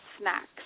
snacks